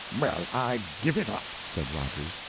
well, i give it up, said rogers.